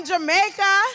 Jamaica